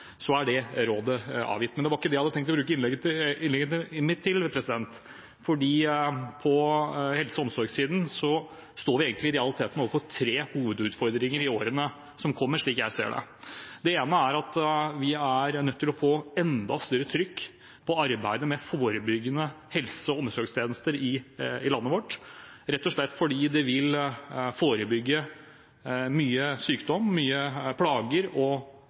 Så er det rådet avgitt. Men det var ikke det jeg hadde tenkt å bruke innlegget mitt til, for på helse- og omsorgssiden står vi egentlig i realiteten overfor tre hovedutfordringer i årene som kommer, slik jeg ser det. Det ene er at vi er nødt til å få enda større trykk på arbeidet med forebyggende helse- og omsorgstjenester i landet vårt, rett og slett fordi det vil forebygge mye sykdom, mye plager